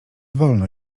wolno